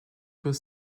was